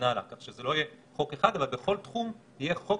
כך שזה לא יהיה חוק אחד אבל בכל תחום יהיה חוק